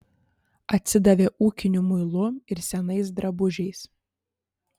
atsidavė ūkiniu muilu ir senais drabužiais